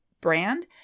brand